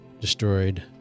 destroyed